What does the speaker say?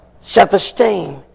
self-esteem